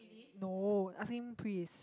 no asking Pris